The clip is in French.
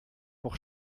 pour